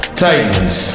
titans